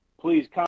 please